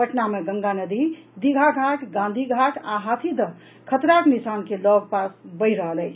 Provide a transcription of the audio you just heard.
पटना मे गंगा नदी दीघा घाट गांधी घाट आ हाथीदह खतराक निशान के लऽग पास बहि रहल अछि